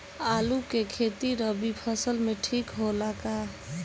आलू के खेती रबी मौसम में ठीक होला का?